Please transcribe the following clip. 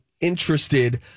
interested